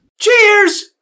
Cheers